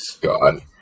God